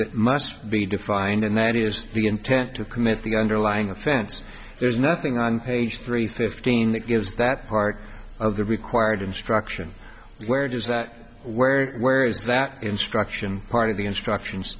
that must be defined and that is the intent to commit the underlying offense there's nothing on page three fifteen that gives that part of the required instruction where does that where where is that instruction part of the instructions